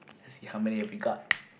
let's see how many you pick up